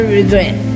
regret